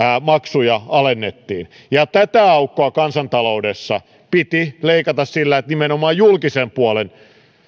maksuja alennettiin tätä aukkoa kansantaloudessa piti paikata sillä että nimenomaan julkisen puolen